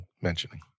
mentioning